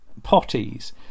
potties